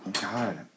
God